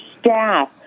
staff